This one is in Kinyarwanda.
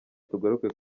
tugaruke